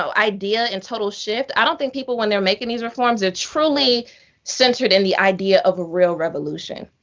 so idea and total shift, i don't think people, when they're making these reforms, they're ah truly centered in the idea of a real revolution.